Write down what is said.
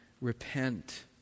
repent